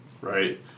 right